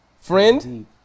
Friend